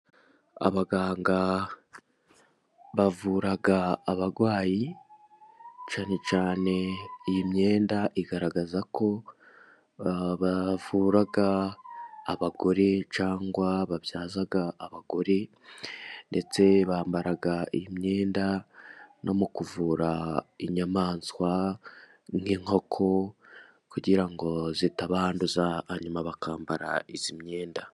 Abaganga bavura abarwayi cyane cyane iyi myenda igaragaza ko bavura abagore cyangwa babyaza abagore, ndetse bambara iyi myenda no mu kuvura inyamaswa nk'inkoko kugira ngo zitabaduza hanyuma bakambara iyi myenda.